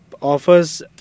offers